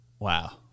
Wow